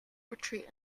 retreat